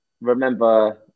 remember